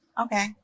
Okay